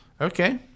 Okay